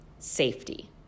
safety